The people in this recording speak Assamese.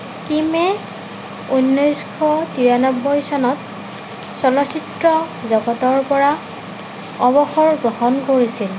কিমে ঊনৈছশ তিৰান্নব্বৈ চনত চলচ্চিত্ৰ জগতৰ পৰা অৱসৰ গ্ৰহণ কৰিছিল